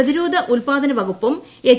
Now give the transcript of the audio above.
പ്രതിരോധ ഉൽപാദന വകുപ്പും എച്ച്